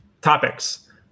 topics